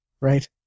right